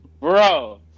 bro